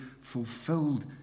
fulfilled